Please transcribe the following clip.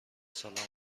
سلامتی